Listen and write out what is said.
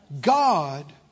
God